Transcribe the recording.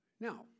Now